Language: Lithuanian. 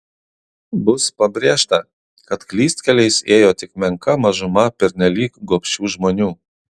bus pabrėžta kad klystkeliais ėjo tik menka mažuma pernelyg gobšių žmonių